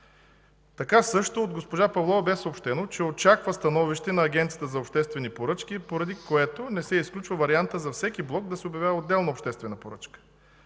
Така също от госпожа Павлова бе съобщено, че очаква становище на Агенцията за обществени поръчки, поради което не се изключва вариантът за всеки блок да се обявява отделна обществена поръчка.